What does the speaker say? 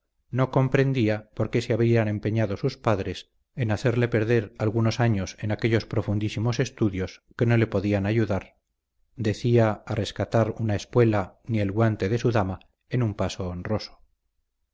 no comprendía por qué se habrían empeñado sus padres en hacerle perder algunos años en aquellos profundísimos estudios que no le podían ayudar decía a rescatar una espuela ni el guante de su dama en un paso honroso